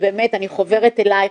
באמת אני חוברת אלייך,